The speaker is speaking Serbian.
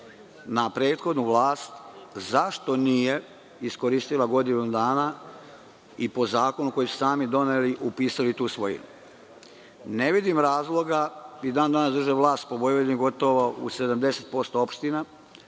na prethodnu vlast zašto nije iskoristila godinu dana i po zakonu koji su sami doneli upisali tu svojinu. I dan danas drže vlast po Vojvodini gotovo u 70% opština.